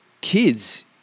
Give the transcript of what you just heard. kids